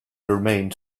remained